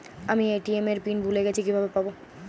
আমি এ.টি.এম এর পিন ভুলে গেছি কিভাবে পাবো?